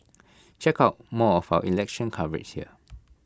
check out more of our election coverage here